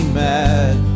mad